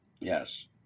Yes